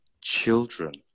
children